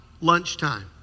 lunchtime